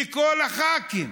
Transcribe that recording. מכל הח"כים